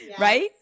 Right